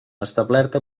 establerta